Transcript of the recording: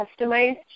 customized